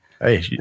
Hey